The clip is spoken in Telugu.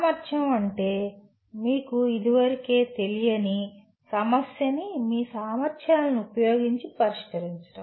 సామర్ధ్యం అంటే మీకు ఇదివరకే తెలియని సమస్యని మీ సామర్థ్యాలను ఉపయోగించి పరిష్కరించడం